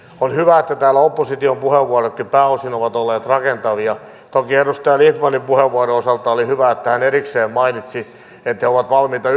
on hyvä että täällä opposition puheenvuorotkin pääosin ovat olleet rakentavia toki edustaja lindtmanin puheenvuoron osalta oli hyvä että hän erikseen mainitsi että he ovat valmiita